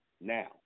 now